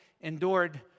endured